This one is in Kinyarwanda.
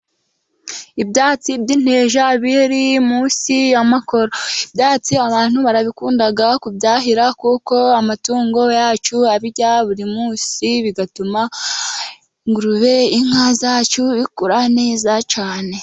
Ibyatsi by'inteja biri munsi y'amakoro. Ibyatsi abantu barabikunda kubyahira, kuko amatungo yacu abirya buri munsi, bigatuma ingurube, inka zacu bikura neza cyane.